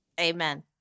Amen